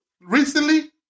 recently